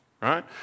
right